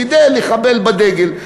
כדי לחבל בדגל,